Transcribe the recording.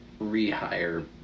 rehire